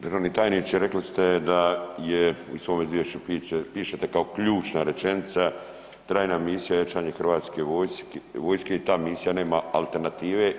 Državni tajniče rekli ste da u ovom izvješću piše kao ključna rečenica trajna misija je jačanje Hrvatske vojske i ta misija nema alternative.